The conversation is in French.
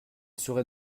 serait